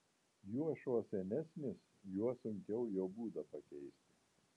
juo šuo senesnis juo sunkiau jo būdą pakeisti